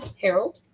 harold